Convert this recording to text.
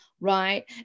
right